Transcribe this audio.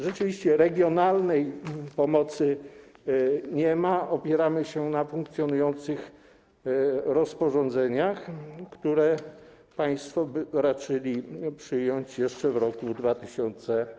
Rzeczywiście regionalnej pomocy nie ma, opieramy się na funkcjonujących rozporządzeniach, które państwo raczyli przyjąć jeszcze w roku 2015.